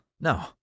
No